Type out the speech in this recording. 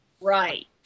Right